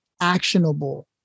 actionable